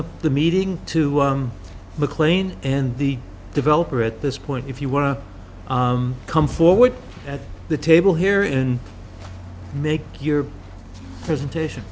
up the meeting to mclean and the developer at this point if you want to come forward at the table here in make your presentation